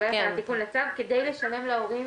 כדי לשלם להורים